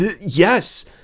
yes